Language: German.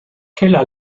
keller